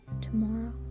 tomorrow